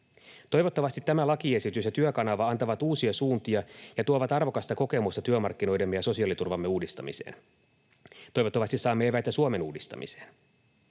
Toivottavasti tämä lakiesitys ja Työkanava antavat uusia suuntia ja tuovat arvokasta kokemusta työmarkkinoidemme ja sosiaaliturvamme uudistamiseen. Toivottavasti saamme eväitä Suomen uudistamiseen.